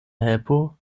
helpo